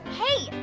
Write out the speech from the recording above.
hey,